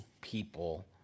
people